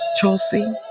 Chelsea